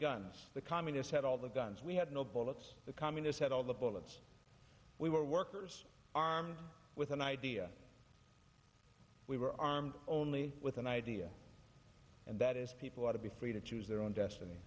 guns the communists had all the guns we had no bullets the communists had all the bullets we were workers armed with an idea we were armed only with an idea and that is people ought to be free to choose their own destiny